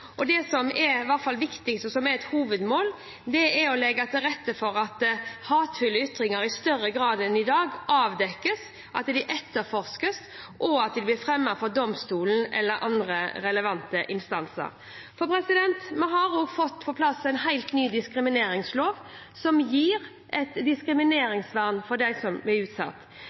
og det som er viktig og et hovedmål, er å legge til rette for at hatefulle ytringer i større grad enn i dag avdekkes, etterforskes og fremmes for domstolene eller andre relevante instanser. Vi har også fått på plass en helt ny diskrimineringslov som gir et diskrimineringsvern for dem som er utsatt.